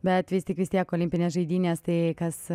bet vis tik vis tiek olimpinės žaidynės tai kas